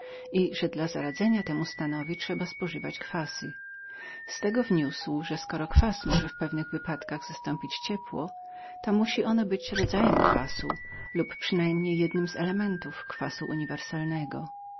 i że dla zaradzenia temu stanowi należało używać kwasów z tego wniósł że kwas mógł pod pewnym względem zastąpić cieplik że zatem ten ostatni musiał być rodzajem kwasu lub przynajmniej jednym z żywiołów kwasu uniwersalnego